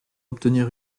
obtenir